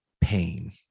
pain